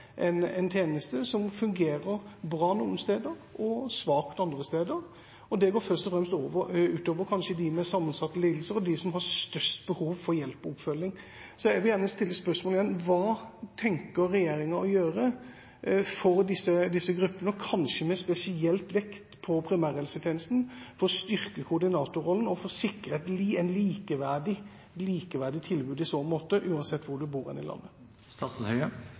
en tjeneste som fungerer bra noen steder og svakt andre steder. Det går kanskje først og fremst ut over dem med sammensatte lidelser og dem som har størst behov for hjelp og oppfølging. Så jeg vil gjerne stille spørsmål igjen: Hva tenker regjeringa å gjøre for disse gruppene, kanskje spesielt med vekt på primærhelsetjenesten, for å styrke koordinatorrollen og for å sikre et likeverdig tilbud i så måte, uansett hvor en bor i